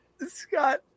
Scott